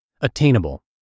Attainable